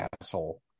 asshole